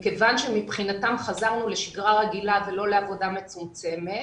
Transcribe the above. מכיוון שמבחינתם חזרנו לשגרה רגילה ולא לעבודה מצומצמת,